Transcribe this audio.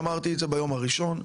אמרתי את זה ביום הראשון,